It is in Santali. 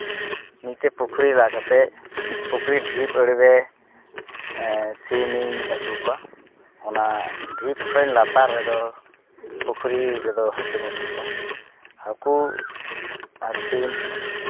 ᱢᱤᱫᱴᱮᱱ ᱯᱩᱠᱷᱨᱤ ᱞᱟ ᱠᱟᱛᱮᱫ ᱯᱩᱠᱷᱨᱤ ᱰᱷᱤᱯ ᱟᱬᱮᱨᱮ ᱥᱤᱢ ᱤᱧ ᱟᱹᱥᱩᱞ ᱠᱚᱣᱟ ᱚᱱᱟ ᱰᱷᱤᱯ ᱠᱷᱚᱱ ᱞᱟᱛᱟᱨ ᱨᱮᱫᱚ ᱯᱩᱠᱠᱷᱨᱤ ᱨᱮᱫᱚ ᱦᱟᱹᱠᱩᱧ ᱟᱹᱥᱩᱞ ᱠᱚᱣᱟ ᱦᱟᱹᱠᱩ ᱟᱨ ᱥᱤᱢ